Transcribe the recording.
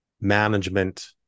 management